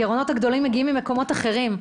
הגרעונות הגדולים מגיעים ממקומות אחרים.